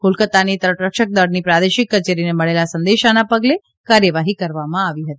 કોલકત્તાની તટરક્ષક દળની પ્રાદેશિક કચેરીને મળેલા સંદેશાના પગલે કાર્યવાહી કરવામાં આવી હતી